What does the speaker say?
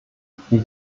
wie